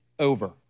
Over